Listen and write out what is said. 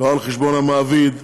לא על חשבון המעביד,